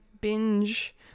Binge